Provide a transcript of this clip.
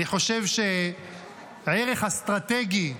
אני חושב שהערך האסטרטגי,